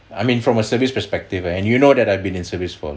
I mean from a service perspective uh and you know that I've been in service for